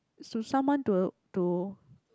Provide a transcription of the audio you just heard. so someone to to